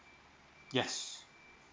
yes